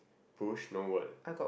push no what